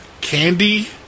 candy